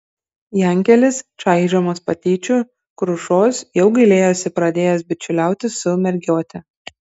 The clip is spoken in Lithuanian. jankelis čaižomas patyčių krušos jau gailėjosi pradėjęs bičiuliautis su mergiote